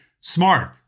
SMART